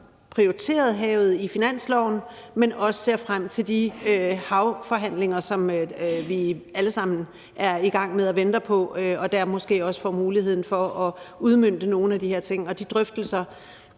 prioriteret havet i finansloven, men også ser frem til de havforhandlinger, som vi alle sammen venter på, og hvor vi måske også får muligheden for at udmønte nogle af de her ting. De drøftelser